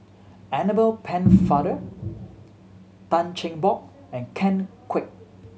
Annabel Pennefather Tan Cheng Bock and Ken Kwek